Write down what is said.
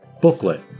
booklet